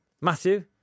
Matthew